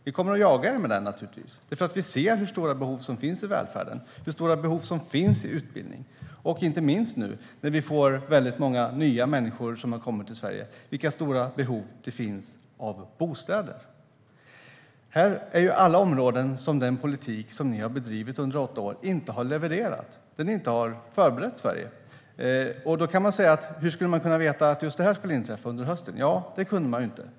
Vi kommer naturligtvis att jaga er med det, för vi ser hur stora behov som finns i välfärden, hur stora behov som finns av utbildning. Nu när vi får väldigt många nya människor som kommer till Sverige ser vi inte minst vilka stora behov det finns av bostäder. På alla dessa områden kan vi konstatera att den politik som ni bedrev under åtta år inte har levererat, inte har förberett Sverige. Man kan visserligen fråga sig hur man skulle ha kunnat veta att just det här skulle inträffa under hösten. Nej, det kunde man ju inte.